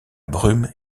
brume